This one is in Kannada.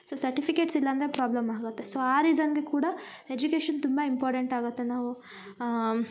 ಸೊ ಸರ್ಟಿಫಿಕೇಟ್ಸ್ ಇಲ್ಲಂದರೆ ಪ್ರಾಬ್ಲಮ್ ಆಗುತ್ತೆ ಸೊ ಆ ರೀಸನ್ಗೆ ಕೂಡ ಎಜುಕೇಶನ್ ತುಂಬಾ ಇಂಪಾರ್ಟೆಂಟ್ ಆಗುತ್ತೆ ನಾವು